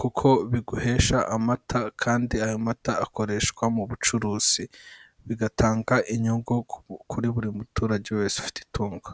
kuko biguhesha amata kandi ayo mata akoreshwa mu bucuruzi, bigatanga inyungu kuri buri muturage wese ufite itungo.